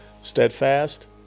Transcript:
steadfast